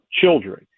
children